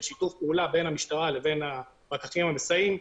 שיתוף פעולה בין המשטרה לבין הפקחים המסייעים.